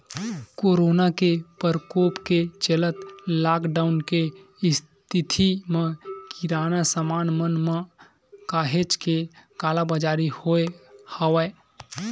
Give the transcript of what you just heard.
corona के परकोप के चलत लॉकडाउन के इस्थिति म किराना समान मन म काहेच के कालाबजारी होय हवय